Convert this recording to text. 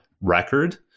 record